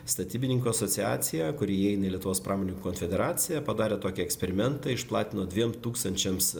statybininkų asociacija kuri įeina į lietuvos pramoninkų konfederaciją padarė tokį eksperimentą išplatino dviem tūkstančiams